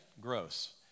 Gross